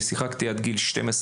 שיחקתי כדורגל עד גיל 12,